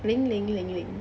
零零零零